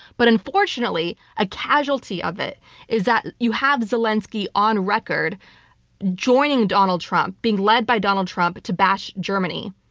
but unfortunately, a casualty of it is that you have zelensky on record joining donald trump, being led by donald trump, to bash germany.